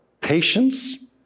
patience